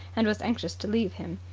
and was anxious to leave him.